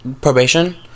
probation